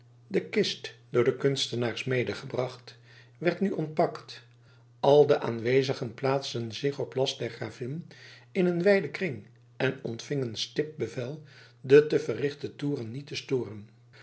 de kist door de kunstenaars medegebracht werd nu ontpakt al de aanwezigen plaatsten zich op last der gravin in een wijden kring en ontvingen stipt bevel de te verrichten toeren niet te storen